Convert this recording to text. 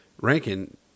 rankin